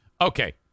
Okay